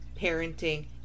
parenting